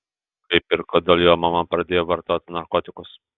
kaip ir kodėl jo mama pradėjo vartoti narkotikus